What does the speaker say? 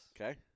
Okay